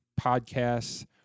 podcasts